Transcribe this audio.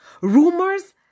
Rumors